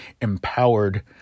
empowered